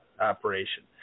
operation